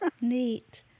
Neat